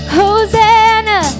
hosanna